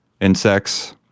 insects